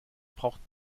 braucht